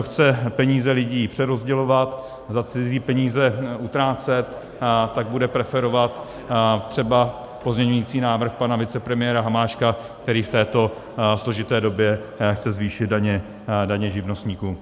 Kdo chce peníze lidí přerozdělovat, za cizí peníze utrácet, tak bude preferovat třeba pozměňovací návrh pana vicepremiéra Hamáčka, který v této složité době chce zvýšit daně živnostníkům.